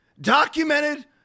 documented